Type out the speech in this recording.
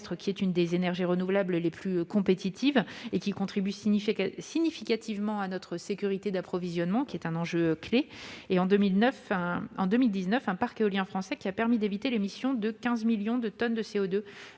est une des énergies renouvelables les plus compétitives ; il contribue significativement à notre sécurité d'approvisionnement, enjeu clé. En 2019, le parc éolien français a permis d'éviter l'émission de 15 millions de tonnes de CO2,